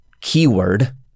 keyword